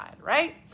right